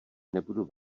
nebudu